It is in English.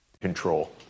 Control